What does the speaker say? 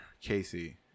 Casey